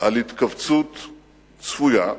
על התכווצות צפויה,